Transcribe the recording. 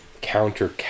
counter